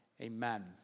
Amen